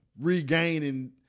regaining